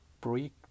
break